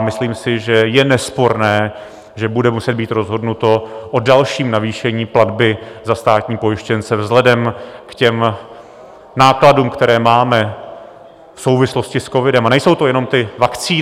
Myslím si, že je nesporné, že bude muset být rozhodnuto o dalším navýšení platby za státní pojištěnce vzhledem k nákladům, které máme v souvislosti s covidem, a nejsou to jenom ty vakcíny.